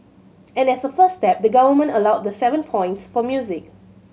and as a first step the Government allowed the seven points for music